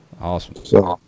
awesome